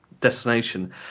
destination